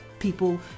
people